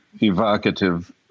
evocative